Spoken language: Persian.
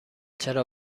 چرا